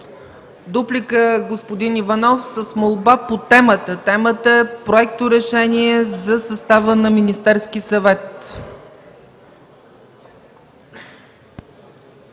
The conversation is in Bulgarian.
Дуплика – господин Иванов, с молба по темата. Темата е Проекторешение за състава на Министерски съвет.